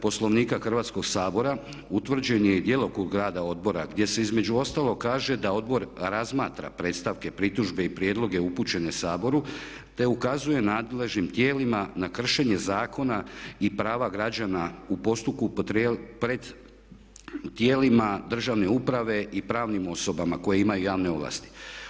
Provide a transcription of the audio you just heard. Poslovnika Hrvatskog sabora utvrđen je i djelokrug rada odbora gdje se između ostalog kaže da odbor razmatra predstavke, pritužbe i prijedloge upućene Saboru te ukazuje nadležnim tijelima na kršenje zakona i prava građana u postupku pred tijelima državne uprave i pravnim osobama koje imaju javne ovlasti.